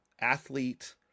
athlete